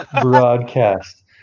broadcast